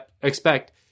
expect